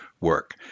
work